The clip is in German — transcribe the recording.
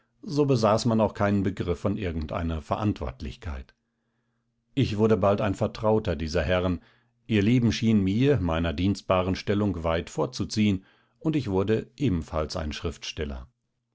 so besaß man auch keinen begriff von irgendeiner verantwortlichkeit ich wurde bald ein vertrauter dieser herren ihr leben schien mir meiner dienstbaren stellung weit vorzuziehen und ich wurde ebenfalls ein schriftsteller